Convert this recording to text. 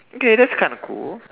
okay that's kinda cool